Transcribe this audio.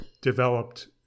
developed